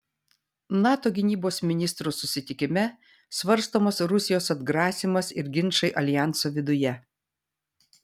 nato gynybos ministrų susitikime svarstomas rusijos atgrasymas ir ginčai aljanso viduje